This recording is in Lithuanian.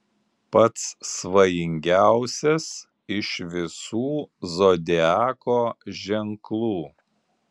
pats svajingiausias iš visų zodiako ženklų